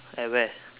at where